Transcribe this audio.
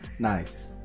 nice